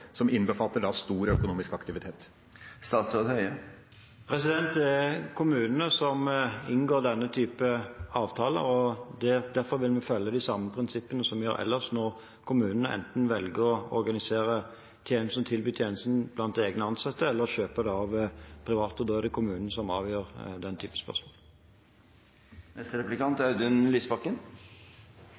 som innbefatter stor økonomisk aktivitet? Det er kommunene som inngår denne typen avtaler, og derfor vil vi følge de samme prinsippene som vi gjør ellers når kommunene enten velger å organisere og tilby tjenesten blant egne ansatte eller kjøpe den av en privat aktør. Da er det kommunen som avgjør den